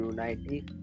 United